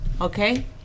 okay